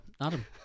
Adam